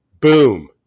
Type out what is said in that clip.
Boom